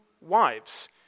wives